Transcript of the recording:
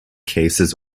cases